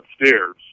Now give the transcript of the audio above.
upstairs